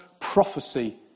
prophecy